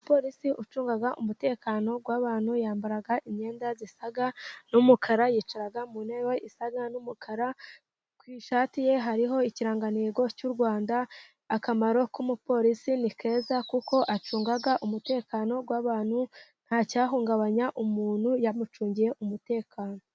Umupolisi ucunga umutekano w'abantu, yambara imyenda isa n'umukara, yicara mu ntebe isa n'umukara, ku ishati ye hariho ikirangantego cy'u Rwanda, akamaro k'umupolisi ni keza, kuko acunga umutekano w'abantu nta cyahungabanya umuntu yamucungiye umutekano.